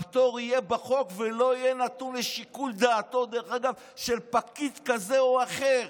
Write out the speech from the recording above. והפטור יהיה בחוק ולא יהיה נתון לשיקול דעתו של פקיד כזה או אחר.